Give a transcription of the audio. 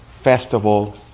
festival